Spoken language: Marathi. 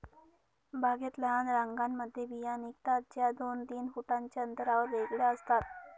बागेत लहान रांगांमध्ये बिया निघतात, ज्या दोन तीन फुटांच्या अंतरावर वेगळ्या असतात